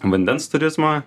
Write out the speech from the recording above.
vandens turizmą